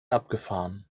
abgefahren